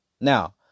now